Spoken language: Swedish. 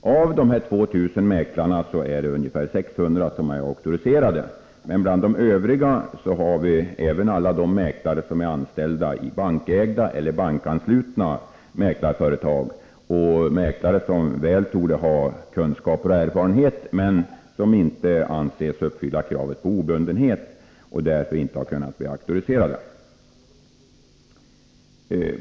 Av de 2 000 mäklarna är ungefär 600 auktoriserade. Bland de övriga finns även alla de mäklare som är anställda i bankägda eller bankanslutna mäklarföretag och som torde väl uppfylla kraven på kunskaper och erfarenhet, men som inte anses uppfylla kravet på obundenhet och därför inte kunnat bli auktoriserade.